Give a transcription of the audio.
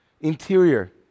interior